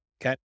Okay